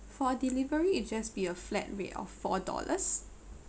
for delivery it just be a flat rate of four dollars